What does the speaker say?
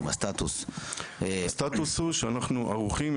הסטטוס --- הסטטוס הוא שאנחנו ערוכים,